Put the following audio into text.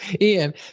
Ian